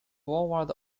forward